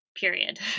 period